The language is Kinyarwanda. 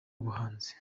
ubuhanzi